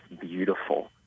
beautiful